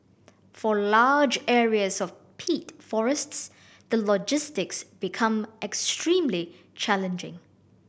for large areas of peat forests the logistics become extremely challenging